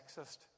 sexist